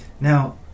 Now